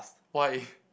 why